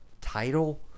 Title